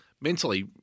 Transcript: mentally